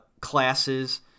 classes